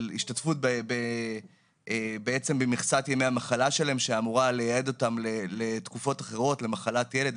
ההשתתפות במכסת ימי המחלה שלהם שהם אמורים לייעד למחלת ילד,